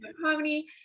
comedy